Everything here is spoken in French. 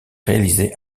réalisé